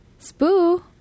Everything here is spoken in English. Spoo